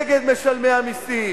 נגד משלמי המסים,